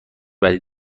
بعدی